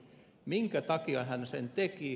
minkä takia hän sen teki